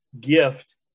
gift